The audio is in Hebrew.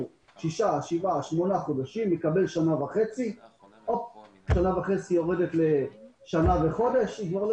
של 7 חודשים הוא מקבל שנה וחצי מאסר וזה יורד לשנה וחודש והוא כבר לא